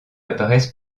apparaissent